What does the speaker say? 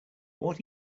what